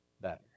better